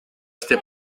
este